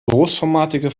großformatige